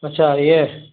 अच्छा ईंअं